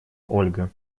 ольга